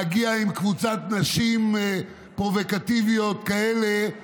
להגיע עם קבוצת נשים פרובוקטיביות כאלה,